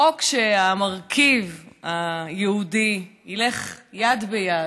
חוק שבו המרכיב היהודי ילך יד ביד